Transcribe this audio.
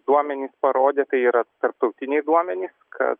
duomenys parodė tai yra tarptautiniai duomenys kad